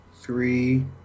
three